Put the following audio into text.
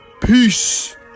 Peace